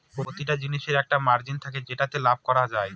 প্রতিটা জিনিসের একটা মার্জিন থাকে যেটাতে লাভ করা যায়